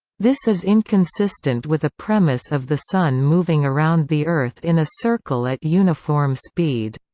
this is inconsistent with a premise of the sun moving around the earth in a circle at uniform speed.